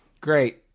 Great